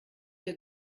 der